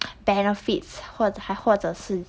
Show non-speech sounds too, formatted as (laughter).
(noise) benefits 或者还或者是